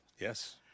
yes